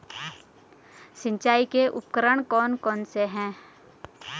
सिंचाई के उपकरण कौन कौन से हैं?